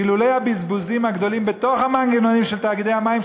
ואילולא הבזבוזים הגדולים בתוך המנגנונים של תאגידי המים,